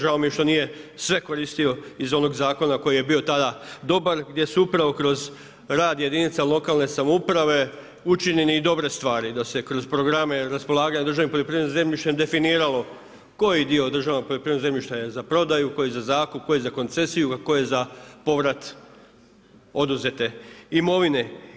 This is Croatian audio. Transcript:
Žao mi je što nije sve koristio iz onog zakona koji je bio tada dobar, gdje se upravo kroz rad jedinica lokalne samouprave učinjene i dobre stvari, da se kroz programe raspolaganja državnim poljoprivrednim zemljištem definiralo koji dio državnog poljoprivrednog zemljišta je za prodaju, koji za zakup, koji za koncesiju, a koji je za povrat oduzete imovine.